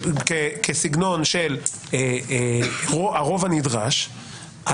כסגנון של הרוב הנדרש,